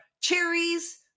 cherries